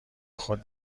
خود